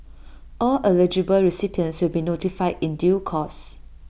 all eligible recipients will be notified in due course